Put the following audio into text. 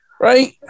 Right